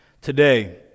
Today